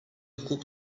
hukuk